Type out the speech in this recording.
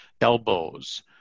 elbows